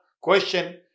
question